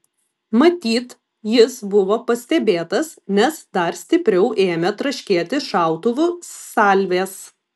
matyt jis buvo pastebėtas nes dar stipriau ėmė traškėti šautuvų salvės